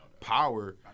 Power